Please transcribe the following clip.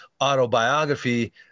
autobiography